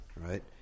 right